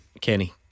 Kenny